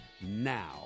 now